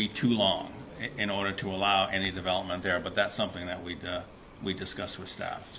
be too long in order to allow any development there but that's something that we've discussed with staff